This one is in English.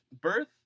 birth